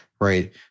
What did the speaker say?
Right